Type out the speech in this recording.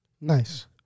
Nice